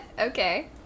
Okay